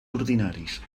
ordinaris